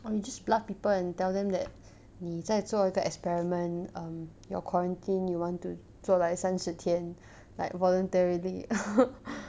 or you just bluff people and tell them that 你在做一个 experiment um your quarantine you want to 做 like 三十天 like voluntarily